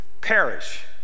perish